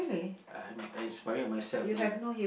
I have I inspire myself lah